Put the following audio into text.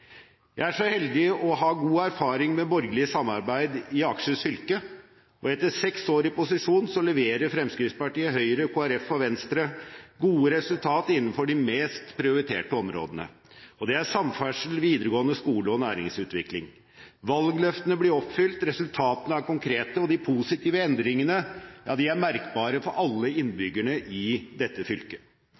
Jeg er så heldig å ha god erfaring med borgerlig samarbeid i Akershus fylke. Etter seks år i posisjon leverer Fremskrittspartiet, Høyre, Kristelig Folkeparti og Venstre gode resultater innenfor de mest prioriterte områdene. Det er samferdsel, videregående skole og næringsutvikling. Valgløftene blir oppfylt, resultatene er konkrete, og de positive endringene er merkbare for alle innbyggerne i dette fylket.